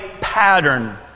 pattern